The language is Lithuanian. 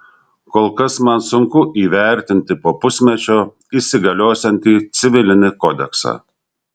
kol kas man sunku įvertinti po pusmečio įsigaliosiantį civilinį kodeksą